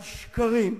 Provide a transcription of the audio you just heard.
על שקרים,